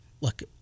look